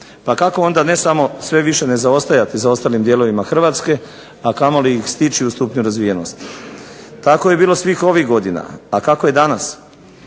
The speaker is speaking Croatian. Pa kako onda ne samo sve više ne zaostajati za ostalim dijelovima Hrvatske, a kamoli ih stići u stupnju razvijenosti. Tako je bilo svih ovih godina. A kako je danas?